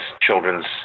children's